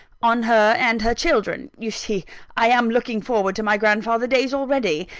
on her and her children. you see i am looking forward to my grandfather days already!